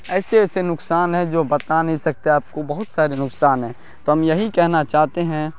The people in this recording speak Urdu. ایسے ایسے نقصان ہے جو بتا نہیں سکتے آپ کو بہت سارے نقصان ہیں تو ہم یہی کہنا چاہتے ہیں